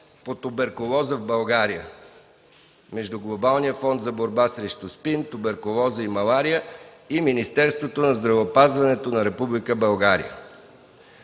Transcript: по туберкулоза в България” между Глобалния фонд за борба срещу СПИН, туберкулоза и малария и Министерството на здравеопазването на Република